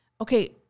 Okay